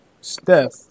Steph